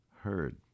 heard